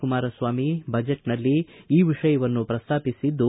ಕುಮಾರಸ್ವಾಮಿ ಬಜೆಟ್ನಲ್ಲಿ ಈ ವಿಷಯವನ್ನು ಪ್ರಸ್ತಾಪಿಸದ್ದು